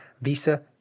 Visa